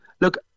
look